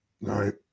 right